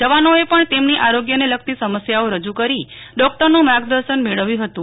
જવાનો એ પણ તેમની આરોગ્યને લગતી સમસ્યાઓ રજૂ કરી ડોક્ટર નું માર્ગદર્શન મેળવ્યું ફતું